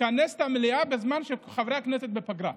לכנס את המליאה בזמן שחברי הכנסת בפגרה,